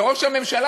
וראש הממשלה,